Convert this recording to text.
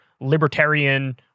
libertarian